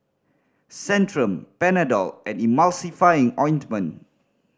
Centrum Panadol and Emulsying Ointment